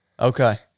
Okay